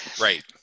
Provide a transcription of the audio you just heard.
Right